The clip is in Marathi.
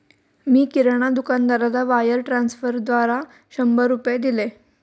मी किराणा दुकानदाराला वायर ट्रान्स्फरद्वारा शंभर रुपये दिले